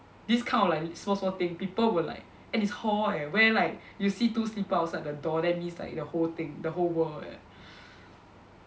this kind of like small small thing people will like and it's hall eh where like you see two slipper outside the door that means like the whole thing the whole world eh